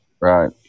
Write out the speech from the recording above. right